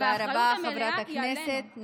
והאחריות המלאה היא עלינו.